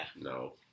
No